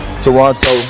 Toronto